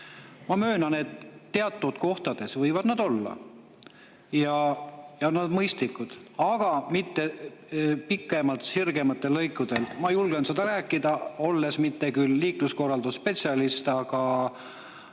Ma möönan, et teatud kohtades võivad need postid olla ja need on mõistlikud, aga mitte pikemalt sirgematel lõikudel. Ma julgen seda rääkida, olles mitte küll liikluskorraldusspetsialist, aga